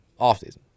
offseason